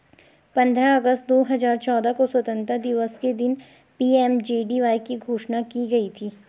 पंद्रह अगस्त दो हजार चौदह को स्वतंत्रता दिवस के दिन पी.एम.जे.डी.वाई की घोषणा की गई थी